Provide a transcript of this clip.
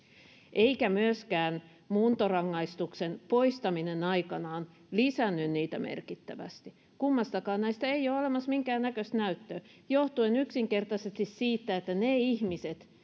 eikä myöskään muuntorangaistuksen poistaminen aikanaan lisännyt niitä merkittävästi kummastakaan näistä ei ole olemassa minkäännäköistä näyttöä johtuen yksinkertaisesti siitä että ne ihmiset